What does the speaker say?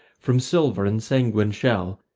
from silver and sanguine shell,